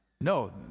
No